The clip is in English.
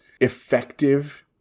effective